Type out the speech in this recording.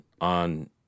on